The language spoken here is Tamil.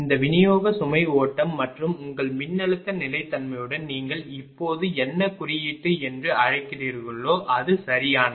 இந்த விநியோகச் சுமை ஓட்டம் மற்றும் உங்கள் மின்னழுத்த நிலைத்தன்மையுடன் நீங்கள் இப்போது என்ன குறியீட்டு என்று அழைக்கிறீர்களோ அது சரியானது